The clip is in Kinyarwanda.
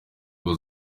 ingo